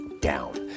down